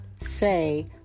say